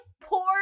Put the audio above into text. poor